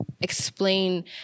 explain